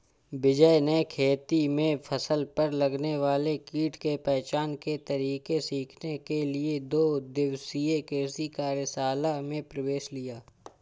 विजय ने खेती में फसल पर लगने वाले कीट के पहचान के तरीके सीखने के लिए दो दिवसीय कृषि कार्यशाला में प्रवेश लिया